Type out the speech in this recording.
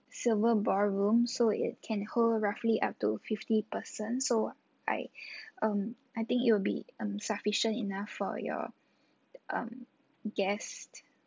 silver ballroom so it can hold roughly up to fifty persons so I um I think it will be um sufficient enough for your um guest